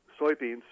soybeans